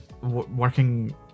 working